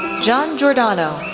john giordano,